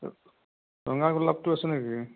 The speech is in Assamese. ৰঙা গোলাপটো আছে নেকি